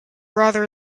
rather